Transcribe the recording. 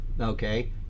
okay